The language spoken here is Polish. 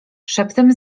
szeptem